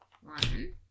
one